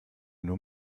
nur